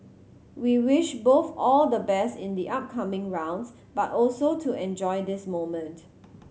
we wish both all the best in the upcoming rounds but also to enjoy this moment